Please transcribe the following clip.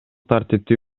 тартипти